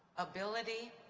ability,